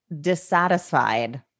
dissatisfied